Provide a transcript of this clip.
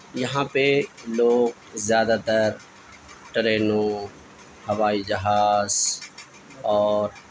یہاں پہ لوگ زیادہ تر ٹرینوں ہوائی جہاز اور